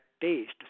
taste